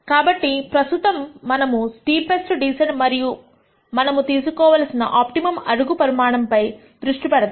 కాబట్టి ప్రస్తుతం మనము స్టీపెస్ట్ డీసెంట్ మరియు మనము తీసుకోవలసిన ఆప్టిమమ్ అడుగు పరిమాణం పై దృష్టి పెడదాము